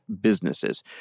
businesses